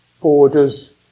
borders